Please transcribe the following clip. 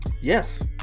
Yes